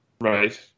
right